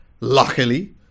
luckily